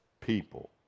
people